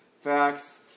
facts